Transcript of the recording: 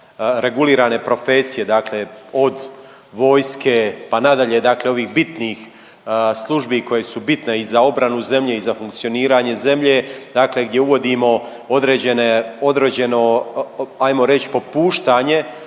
regulirane profesije, dakle od vojske pa nadalje, dakle ovih bitnih službi koje su bitne i za obranu zemlje i za funkcioniranje zemlje, dakle gdje uvodimo određeno, ajmo reći popuštanje